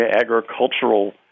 Agricultural